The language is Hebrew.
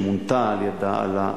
שמונתה על-ידי הרשת,